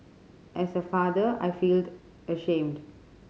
as a father I feel ashamed